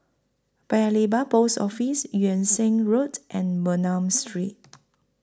Paya Lebar Post Office Yung Sheng Road and Bernam Street